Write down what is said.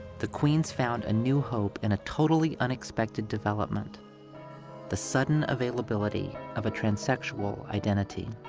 the queens found a new hope in a totally unexpected development the sudden availability of a transsexual identity.